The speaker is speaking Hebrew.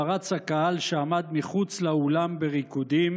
פרץ הקהל שעמד מחוץ לאולם בריקודים,